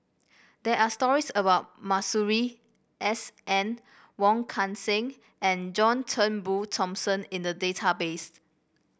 there are stories about Masuri S N Wong Kan Seng and John Turnbull Thomson in the database